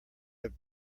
have